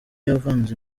yavanze